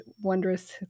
wondrous